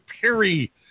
Perry